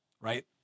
Right